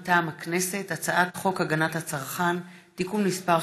מטעם הכנסת: הצעת חוק הגנת הצרכן (תיקון מס'